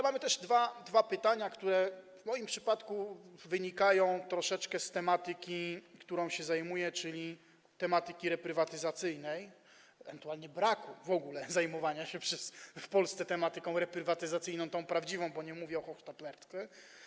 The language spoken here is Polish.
Mamy też dwa pytania, które w moim przypadku wynikają troszeczkę z tematyki, którą się zajmuję - chodzi o tematykę reprywatyzacyjną - ewentualnie z braku w ogóle zajmowania się w Polsce tematyką reprywatyzacyjną, tą prawdziwą, bo nie mówię o hochsztaplerce.